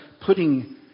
putting